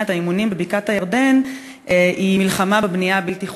את האימונים בבקעת-הירדן היא מלחמה בבנייה הבלתי-חוקית.